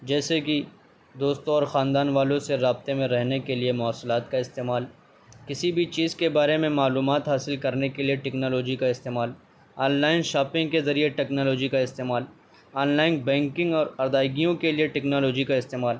جیسے کہ دوستوں اور خاندان والوں سے رابطے میں رہنے کے لیے مواصلات کا استعمال کسی بھی چیز کے بارے میں معلومات حاصل کرنے کے لیے ٹیکنالوجی کا استعمال آن لائن شاپنگ کے ذریعے ٹیکنالوجی کا استعمال آن لائن بینکنگ اور ادائیگیوں کے لیے ٹیکنالوجی کا استعمال